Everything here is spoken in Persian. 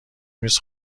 نیست